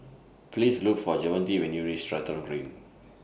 Please Look For Javonte when YOU REACH Stratton Green